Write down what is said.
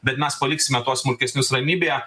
bet mes paliksime tuos smulkesnius ramybėje